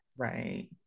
right